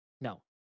No